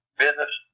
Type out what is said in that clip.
business